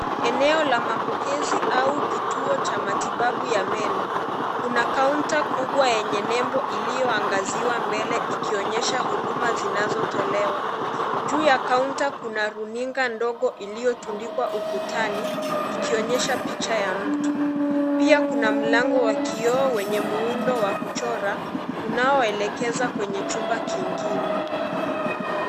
Eneo la mapokezi au kituo cha matibabu ya meno ,kuna kaunta kubwa yenye nembo iliyoangaziwa mbele ikionyesha huduma zinazotolewa, juu ya kaunta kuna runinga ndogo iliyotundikwa ukutani ikionyesha picha ya mtu, pia kuna mlango ya kioo wenye muundo wa kuchora unaoelekeza kwenye jumba kingine.